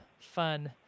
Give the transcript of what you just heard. fun